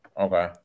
Okay